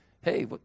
hey